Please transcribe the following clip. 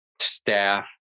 staff